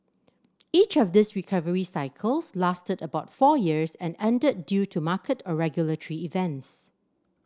each of these recovery cycles lasted about four years and ended due to market or regulatory events